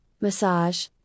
massage